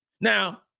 Now